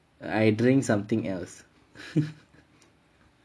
I drink something else